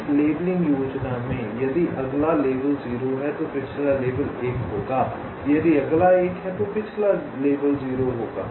इस लेबलिंग योजना में यदि अगला लेबल 0 है तो पिछला लेबल होगा 1 यदि अगला लेबल 1 है तो पिछला लेबल 0 होगा